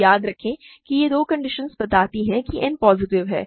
तो याद रखे कि ये दो कंडीशंस बताती हैं कि n पॉजिटिव है